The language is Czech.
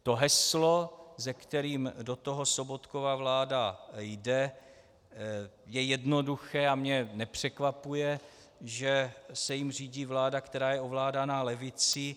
To heslo, se kterým do toho Sobotkova vláda jde, je jednoduché a mě nepřekvapuje, že se jím řídí vláda, která je ovládaná levicí.